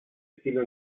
estilo